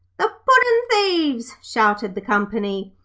the puddin'-thieves shouted the company.